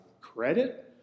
credit